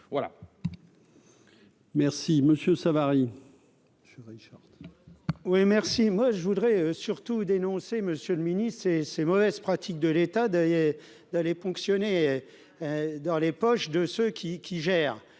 Merci Monsieur Savary.